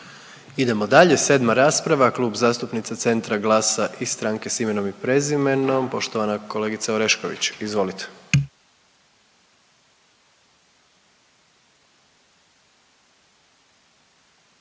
Idemo dalje. 7. rasprava Klub zastupnica Centra, Glasa i Stranke s imenom i prezimenom. Poštovana kolegice Orešković izvolite.